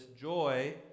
joy